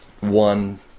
one